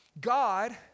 God